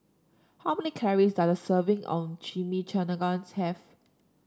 how many calories does a serving of Chimichangas have